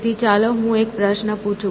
તેથી ચાલો હું અહીં એક પ્રશ્ન પૂછું